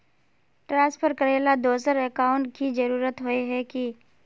Transfer करेला दोसर account की जरुरत होय है की?